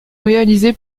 réalisés